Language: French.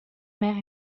mère